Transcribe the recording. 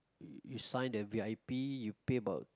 you sign the v_i_p you pay about